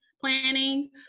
planning